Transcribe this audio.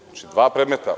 Znači, dva predmeta.